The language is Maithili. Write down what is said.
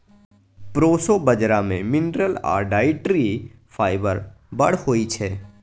प्रोसो बजरा मे मिनरल आ डाइटरी फाइबर बड़ होइ छै